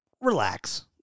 Relax